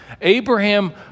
Abraham